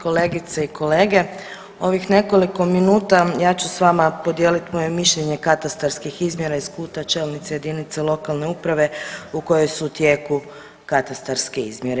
Kolegice i kolege, ovih nekoliko minuta ja ću s vama podijeliti moje mišljenje katastarskih izmjera iz kuta čelnice jedinice lokalne uprave u kojoj su u tijeku katastarske izmjere.